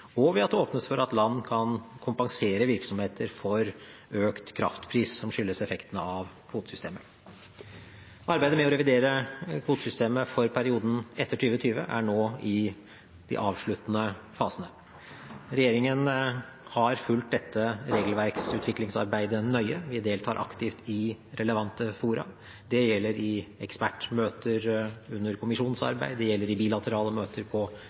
og ved at det åpnes for at land kan kompensere virksomheter for økt kraftpris som skyldes effekten av kvotesystemet. Arbeidet med å revidere kvotesystemet for perioden etter 2020 er nå i de avsluttende fasene. Regjeringen har fulgt dette regelverksutviklingsarbeidet nøye. Vi deltar aktivt i relevante fora – det gjelder i ekspertmøter under kommisjonens arbeid, det gjelder i bilaterale møter på